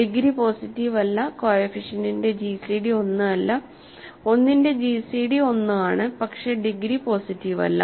degree positive അല്ല കോഎഫിഷ്യന്റിന്റെ GCD 1 അല്ല 1ന്റെ ജിസിഡി 1 ആണ് പക്ഷേ ഡിഗ്രി പോസിറ്റീവ് അല്ല